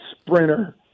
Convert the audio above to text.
sprinter